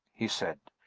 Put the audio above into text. he said.